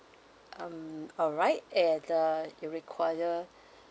um alright and the you require